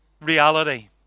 reality